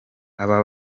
aba